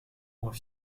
moins